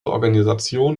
organisation